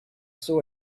saw